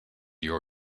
your